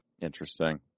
Interesting